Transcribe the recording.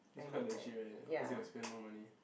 it's quite legit [right] cause they will spend more money